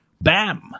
Bam